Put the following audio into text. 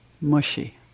mushy